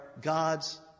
God's